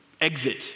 exit